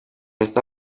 esta